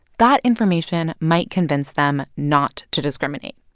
that information might convince them not to discriminate.